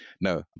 no